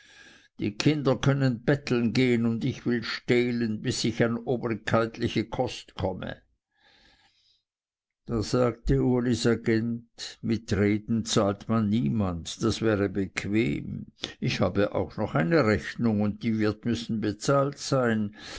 die kinder können betteln gehen und ich will stehlen bis ich an obrigkeitliche kost komme da sagte ulis agent mit reden zahlt man niemand das wäre bequem ich habe auch noch eine rechnung und die wird müssen bezahlt sein